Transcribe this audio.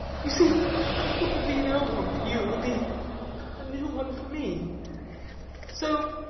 you see what would be an old one for you would be a new one for me so